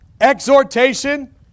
Exhortation